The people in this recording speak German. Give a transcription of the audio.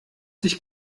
sich